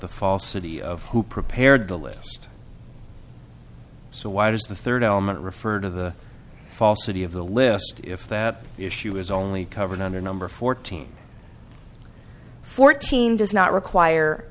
the falsity of who prepared the list so why does the third element refer to the falsity of the list if that issue is only covered under number fourteen fourteen does not require